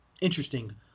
Interesting